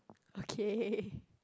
okay